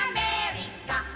America